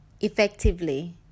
effectively